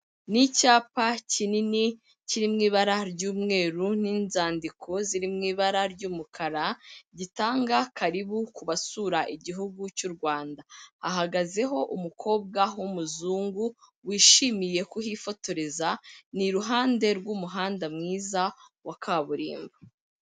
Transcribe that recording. Ni icyapa kinini, kiri mu ibara ry'umweru n'inzandiko ziri mu ibara ry'umukara, gitanga karibu ku basura igihugu cy'u Rwanda hahagazeho umukobwa w'umuzungu wishimiye kuhifotoreza, ni iruhande rw'umuhanda mwiza wa kaburimbo.